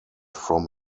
from